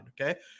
okay